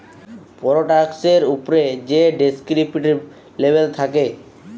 পরডাক্টের উপ্রে যে ডেসকিরিপ্টিভ লেবেল থ্যাকে